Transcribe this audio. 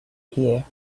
here